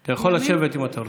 אתה יכול לשבת אם אתה רוצה.